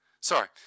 sorry